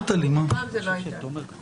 בסערת בקשות.